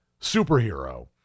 superhero